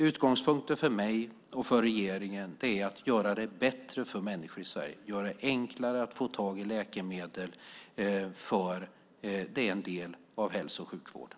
Utgångspunkten för mig och regeringen är att göra det bättre för människor i Sverige och enklare att få tag i läkemedel, för det är en del av hälso och sjukvården.